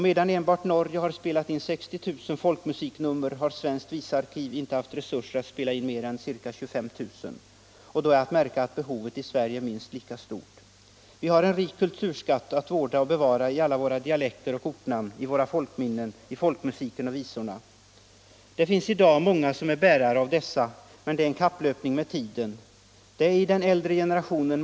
Medan enbart Norge har spelat in 60 000 folkmusiknummer har svenskt visarkiv inte haft resurser att spela in mer än ca 25 000, och då är att märka att behovet i Sverige är minst lika stort. Vi har en rik kulturskatt att vårda och bevara i alla våra dialekter och ortnamn, i våra folkminnen, i folkmusiken och visorna. Det finns i dag många som kan förmedla dessa kulturminnen till oss, men det är fråga om en kapplöpning med tiden.